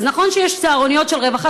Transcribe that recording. אז נכון שיש צהרוניות של הרווחה,